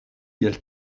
kiel